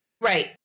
Right